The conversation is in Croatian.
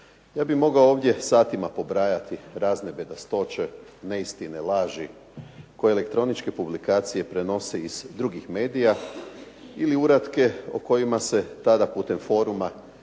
Ja bih mogao ovdje sati pobrajati razne bedastoće, neistine, laži koje elektroničke publikacije prenose iz drugih medija ili uratke o kojima se tada putem Foruma